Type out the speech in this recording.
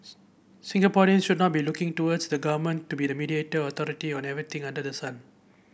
Singaporeans should not be looking towards the government to be the mediator or authority on everything under the sun